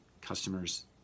customers